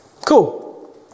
cool